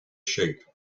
sheep